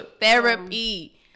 Therapy